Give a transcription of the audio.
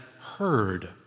heard